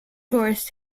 tourist